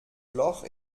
loch